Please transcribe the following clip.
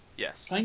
Yes